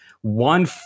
One